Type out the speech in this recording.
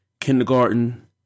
kindergarten